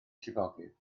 llifogydd